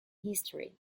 history